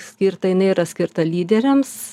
skirtą jinai yra skirta lyderiams